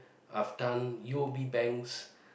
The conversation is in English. I've done U_O_B banks